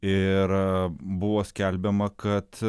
ir buvo skelbiama kad